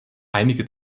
einige